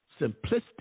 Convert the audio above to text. simplistic